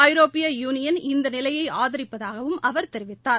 ஐரோப்பிய யுனியன் இந்த நிலையை ஆதரிப்பதாகவும் அவர் தெரிவித்தார்